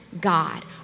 God